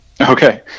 okay